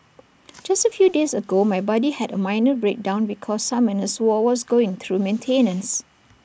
just A few days ago my buddy had A minor breakdown because Summoners war was going through maintenance